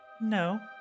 No